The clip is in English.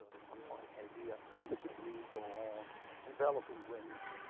ah the platonic idea that we go on developing wings,